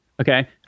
Okay